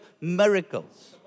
miracles